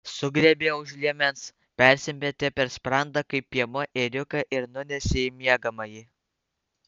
sugriebė už liemens persimetė per sprandą kaip piemuo ėriuką ir nunešė į miegamąjį